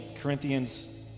Corinthians